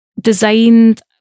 designed